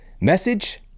message